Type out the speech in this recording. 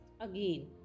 again